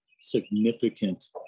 Significant